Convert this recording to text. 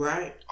Right